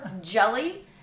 jelly